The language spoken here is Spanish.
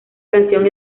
canción